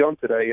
today